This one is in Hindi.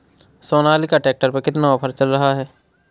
सोनालिका ट्रैक्टर में कितना ऑफर चल रहा है?